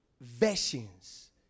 versions